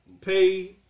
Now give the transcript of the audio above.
pay